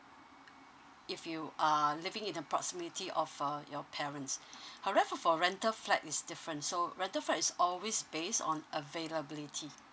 if you are living in a proximity of uh your parents however for rental flat is different so rental flat is always based on availability